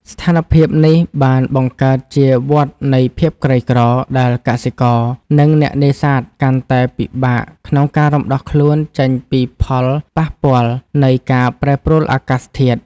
ស្ថានភាពនេះបានបង្កើតជាវដ្តនៃភាពក្រីក្រ ដែលកសិករ និងអ្នកនេសាទកាន់តែពិបាកក្នុងការរំដោះខ្លួនចេញពីផលប៉ះពាល់នៃការប្រែប្រួលអាកាសធាតុ។